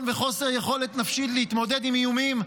וחוסר יכולת נפשית להתמודד עם איומים,